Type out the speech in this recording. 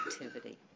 activity